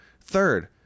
Third